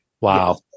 wow